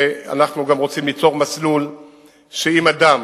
אנחנו גם רוצים ליצור מסלול שאם אדם